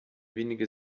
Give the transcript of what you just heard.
wenige